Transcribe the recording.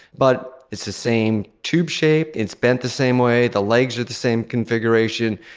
but it's the same tube shape, it's bent the same way, the legs are the same configuration,